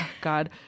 God